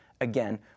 Again